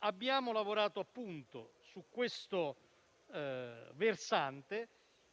Abbiamo lavorato su questo versante,